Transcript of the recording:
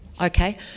Okay